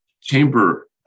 chamber